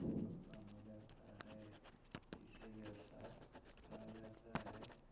उत्पन्न हो जाता है इसे व्यवसाय कहा जाता है